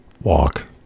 Walk